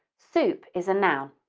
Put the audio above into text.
soup is a noun,